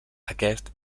aquest